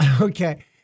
Okay